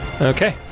Okay